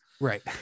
Right